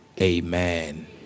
Amen